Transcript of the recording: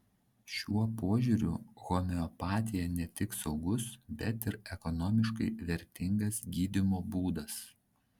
šiuo požiūriu homeopatija ne tik saugus bet ir ekonomiškai vertingas gydymo būdas